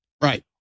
Right